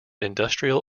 industrial